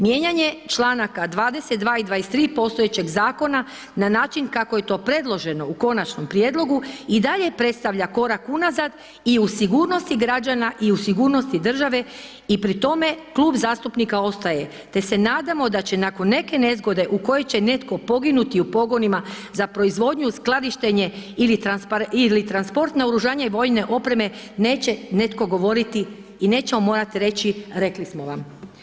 Mijenjanje čl. 22 i 23 postojećeg zakona na način kako je to predloženo u konačnom prijedlogu i dalje predstavlja korak unazad i u sigurnosti građana i u sigurnosti države i pri tome, klub zastupnika ostaje te se nadamo da će nakon neke nezgode u kojoj će netko poginuti u pogonima za proizvodnju, skladištenje ili transport naoružanje i vojne opreme, neće netko govoriti i nećemo morati reći, rekli smo vam.